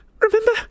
remember